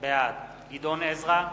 בעד גדעון עזרא,